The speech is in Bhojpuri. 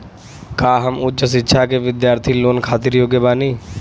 का हम उच्च शिक्षा के बिद्यार्थी लोन खातिर योग्य बानी?